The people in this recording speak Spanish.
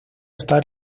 está